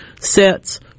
sets